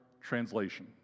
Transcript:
translation